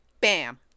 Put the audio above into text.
bam